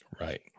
Right